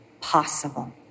possible